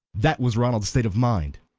that was ronald's state of mind.